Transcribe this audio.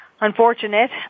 unfortunate